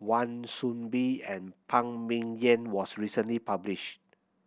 Wan Soon Bee and Phan Ming Yen was recently published